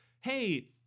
hey